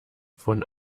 von